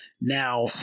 Now